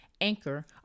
Anchor